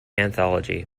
anthology